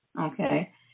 okay